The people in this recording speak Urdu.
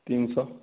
تین سو